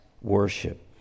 worship